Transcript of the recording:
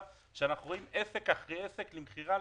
שאנחנו רואים עסק אחרי עסק למכירה,